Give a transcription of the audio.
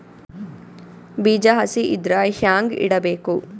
ಬೀಜ ಹಸಿ ಇದ್ರ ಹ್ಯಾಂಗ್ ಇಡಬೇಕು?